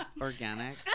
organic